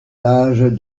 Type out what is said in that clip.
l’âge